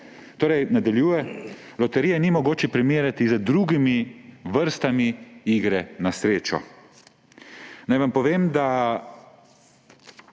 In nadaljuje: »Loterije ni mogoče primerjati z drugimi vrstami igre na srečo.« Naj vam povem, da